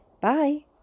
bye